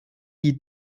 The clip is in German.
die